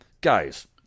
guys